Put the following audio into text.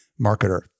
marketer